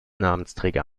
namensträger